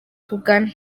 tugana